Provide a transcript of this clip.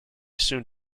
soon